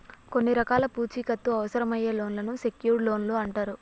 కొన్ని రకాల పూచీకత్తు అవసరమయ్యే లోన్లను సెక్యూర్డ్ లోన్లు అంటరు